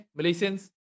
Malaysians